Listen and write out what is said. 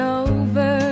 over